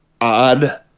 odd